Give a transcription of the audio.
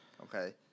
okay